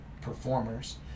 performers